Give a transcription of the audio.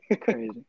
Crazy